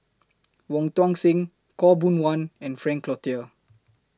Wong Tuang Seng Khaw Boon Wan and Frank Cloutier